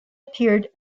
appeared